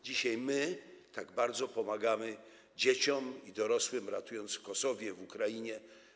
Dzisiaj my tak bardzo pomagamy dzieciom i dorosłym, ratując ich w Kosowie, na Ukrainie.